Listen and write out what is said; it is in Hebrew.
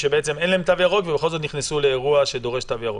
שאין להם תו ירוק ובכל זאת נכנסו לאירוע שדורש תו ירוק?